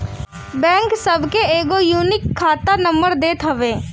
bank सबके एगो unique खाता नंबर देत हवे